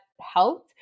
helped